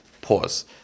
pause